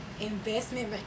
Investment